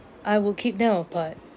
I will keep them apart